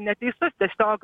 neteisus tiesiog